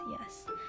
yes